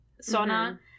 Sona